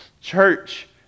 church